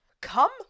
Come